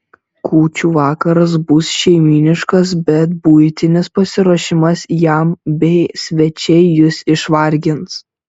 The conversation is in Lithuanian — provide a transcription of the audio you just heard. kūčių vakaras bus šeimyniškas bet buitinis pasiruošimas jam bei svečiai jus išvargins